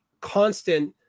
constant